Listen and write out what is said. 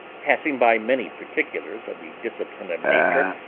passing by many particulars of the discipline of nature,